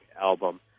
album